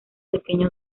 pequeño